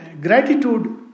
Gratitude